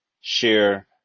share